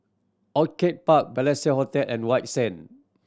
Orchid Park Balestier Hotel and White Sand